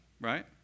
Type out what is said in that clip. right